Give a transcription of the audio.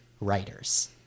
writers